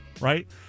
Right